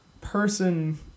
person